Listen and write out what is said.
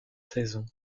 saison